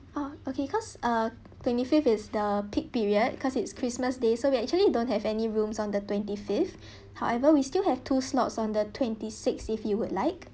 oh okay because uh twenty fifth is the peak period because it's christmas day so we actually don't have any rooms on the twenty fifth however we still have two slots on the twenty six if you would like